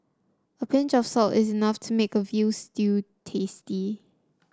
a pinch of salt is enough to make a veal stew tasty